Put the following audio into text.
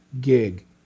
gig